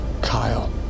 Kyle